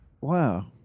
Wow